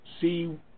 see